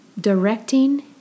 Directing